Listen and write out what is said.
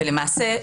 ולמעשה,